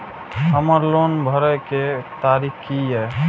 हमर लोन भरए के तारीख की ये?